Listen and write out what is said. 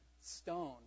stone